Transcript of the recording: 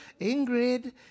Ingrid